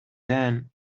then